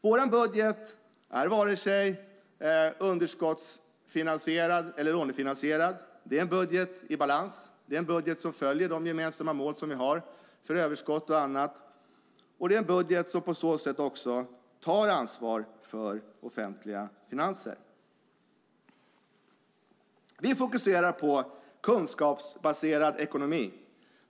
Vår budget är inte vare sig underskottsfinansierad eller lånefinansierad. Det är en budget i balans. Det är en budget som följer de gemensamma mål som vi har för överskott och annat. Och det är en budget som på så sätt också tar ansvar för offentliga finanser. Vi fokuserar på kunskapsbaserad ekonomi.